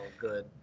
good